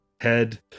head